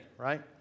right